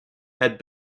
had